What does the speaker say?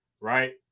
right